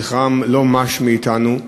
זכרם לא מש מאתנו.